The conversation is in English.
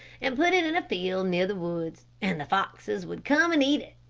and put it in a field near the woods, and the foxes would come and eat it.